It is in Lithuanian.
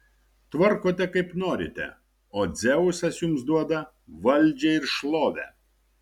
tvarkote kaip norite o dzeusas jums duoda valdžią ir šlovę